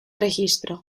registro